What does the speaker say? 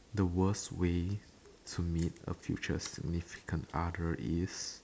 the worst way to meet a future significant other is